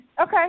Okay